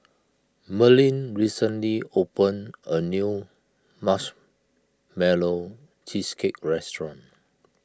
Merlene recently opened a new Marshmallow Cheesecake restaurant